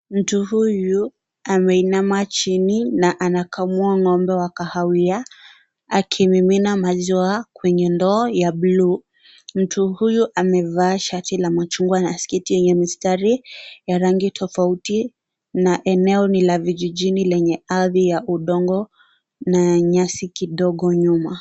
Mtu huyu ameinama chini na anakamua ng'ombe wa kahawia akimimina maziwa kwenye ndoo ya bluu. Mtu huyo amevaa shati la machungwa na sketi yenye mistari ya rangi tofauti na eneo ni la vijijini lenye ardhi ya udongo na nyasi kidogo nyuma